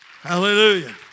Hallelujah